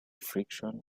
friction